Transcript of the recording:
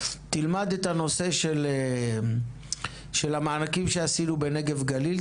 תלמד את האירוע של המענקים שעשינו בנגב-גליל,